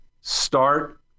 Start